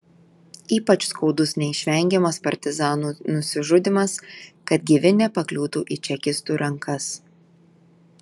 ypač skaudus neišvengiamas partizanų nusižudymas kad gyvi nepakliūtų į čekistų rankas